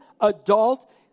adult